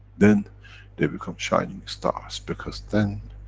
then they become shining stars, because then,